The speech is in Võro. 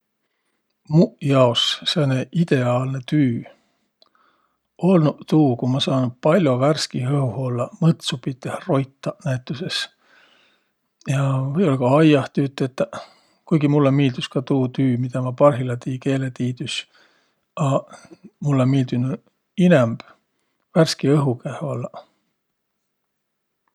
Muq jaos sääne ideaalnõ tüü olnuq tuu, ku ma saanuq pall'o värskih õhuh ollaq, mõtsu piteh roitaq näütüses ja või-ollaq ka aiah tüüd tetäq. Kuigi mullõ miildüs ka tuu tüü, midä ma parhilla tii – keeletiidüs, aq mullõ miildünüq inämb värski õhu käeh ollaq.